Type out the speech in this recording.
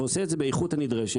ועושה את זה באיכות הנדרשת,